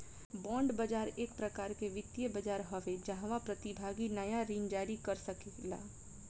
bond बाजार एक प्रकार के वित्तीय बाजार हवे जाहवा प्रतिभागी नाया ऋण जारी कर सकेला